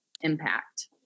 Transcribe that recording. impact